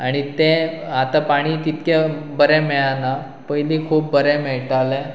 आनी तें आतां पाणी तितकें बरें मेळना पयलीं खूब बरें मेळटालें